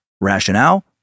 Rationale